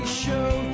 show